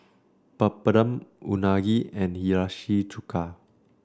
Papadum Unagi and Hiyashi Chuka